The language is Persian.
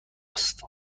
است